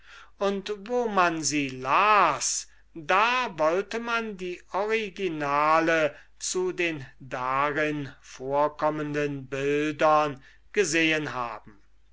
und wo man sie las da wollte man die originale zu den darin vorkommenden bildern gesehen haben